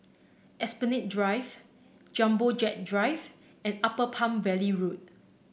Esplanade Drive Jumbo Jet Drive and Upper Palm Valley Road